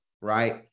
right